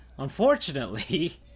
Unfortunately